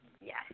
yes